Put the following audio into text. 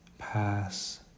pass